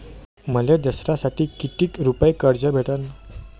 मले दसऱ्यासाठी कितीक रुपये कर्ज भेटन?